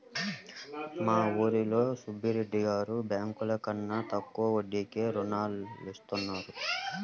మా ఊరిలో సుబ్బిరెడ్డి గారు బ్యేంకుల కన్నా తక్కువ వడ్డీకే రుణాలనిత్తారు